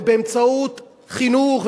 ובאמצעות חינוך,